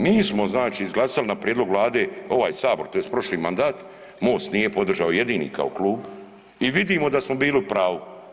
Mi smo znači izglasali na prijedlog Vlade, ovaj sabor, tj. prošli mandat, MOST nije podržao jedini kao klub i vidimo da smo bili u pravu.